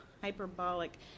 hyperbolic